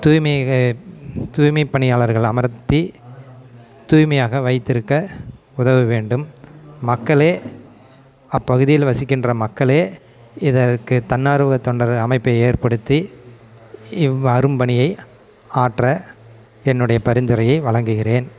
தூய்மிக தூய்மை பணியாளர்கள் அமர்த்தி தூய்மையாக வைத்து இருக்க உதவ வேண்டும் மக்களே அப் பகுதியில் வசிக்கின்ற மக்களே இதற்கு தன்னார்வ தொண்டர் அமைப்பை ஏற்படுத்தி இவ் அரும்பணியை ஆற்ற என்னுடைய பரிந்துரையை வழங்குகிறேன்